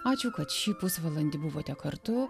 ačiū kad šį pusvalandį buvote kartu